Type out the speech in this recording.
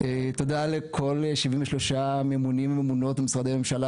תודה לכל 73 ממונים וממונות במשרדי הממשלה